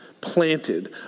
planted